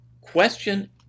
question